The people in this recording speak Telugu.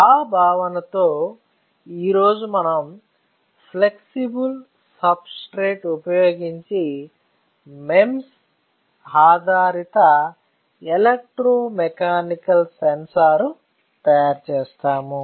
ఆ భావనతో ఈ రోజు మనం ఫ్లెక్సిబుల్ సబ్స్ట్రేట్ ఉపయోగించి MEMS ఆధారిత ఎలక్ట్రోమెకానికల్ సెన్సార్ తయారు చేస్తాము